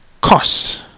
costs